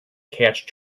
catch